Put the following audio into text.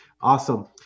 Awesome